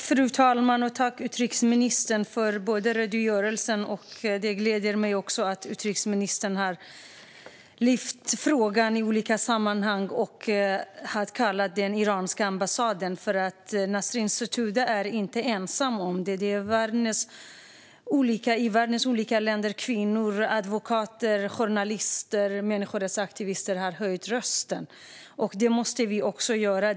Fru talman! Jag tackar utrikesministern för redogörelsen. Det gläder mig att utrikesministern har lyft frågan i olika sammanhang och också har kallat till sig den iranske ambassadören. Nasrin Sotoudeh är inte ensam. I världens olika länder har kvinnor, advokater, journalister och människorättsaktivister höjt rösten. Det måste vi också göra.